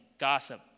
gossip